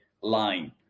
line